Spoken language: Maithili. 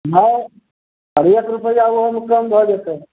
नहि आ एक रुपैआ ओहोमे कम भऽ जेतै